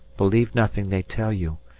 believe nothing they tell you,